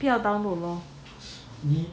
不要 download lor